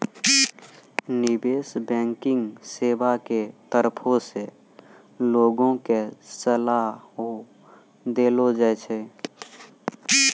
निबेश बैंकिग सेबा के तरफो से लोगो के सलाहो देलो जाय छै